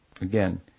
again